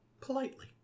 politely